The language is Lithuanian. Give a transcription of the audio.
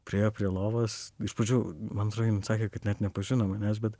priėjo prie lovos iš pradžių man atro jin sakė kad net nepažino manęs bet